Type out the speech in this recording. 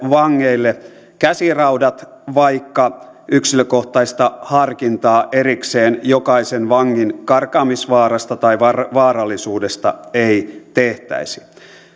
vangeille käsiraudat vaikka yksilökohtaista harkintaa erikseen jokaisen vangin karkaamisvaarasta tai vaarallisuudesta ei tehtäisi